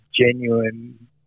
genuine –